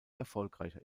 erfolgreicher